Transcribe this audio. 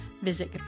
Visit